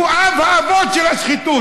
הוא אבי-האבות של השחיתות.